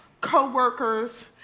co-workers